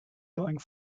going